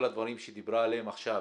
כל הדברים שדיברה עליהם עכשיו,